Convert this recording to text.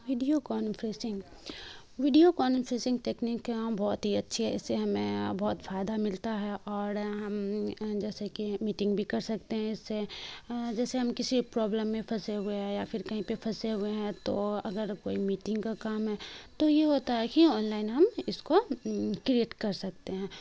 video conferencing video conferencing technique بہت ہی اچھی ہے اس سے ہمیں بہت فائدہ ملتا ہے اور ہم جیسے کہ میٹنگ بھی کر سکتے ہیں اس سے جیسے ہم کسی پرابلم میں پھنسے ہوئے ہیں یا پھر کہیں پہ پھنسے ہوئے ہیں تو اگر کوئی میٹنگ کا کام ہے تو یہ ہوتا ہے کہ آنلائن ہم اس کو کریٹ کر سکتے ہیں